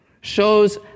shows